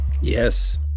Yes